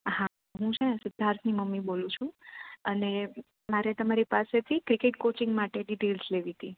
હા હું છેને સિધ્ધાર્થની મમી બોલું છું અને મારી તમારી પાસેથી ક્રિકેટ કોચિંગ માટેની ડેટેલ્સ લેવી હતી